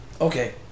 okay